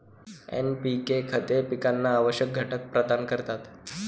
NPK खते पिकांना आवश्यक घटक प्रदान करतात